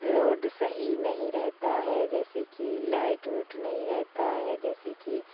road صحیح نہیں رہتا ہے جیسے کہ لائٹ اوٹ نہیں رہتا ہے جیسے کہ